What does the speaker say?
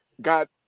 got